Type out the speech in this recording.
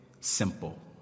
simple